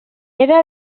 era